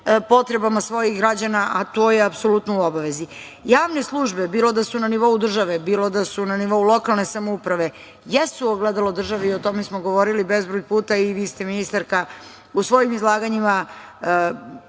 potrebama svojih građana, a to je apsolutno u obavezi. Javne službe, bilo da su na nivou države, bilo da su na nivou lokalne samouprave, jesu ogledalo države, i o tome smo govorili bezbroj puta, i vi ste, ministarka, u svojim izlaganjima,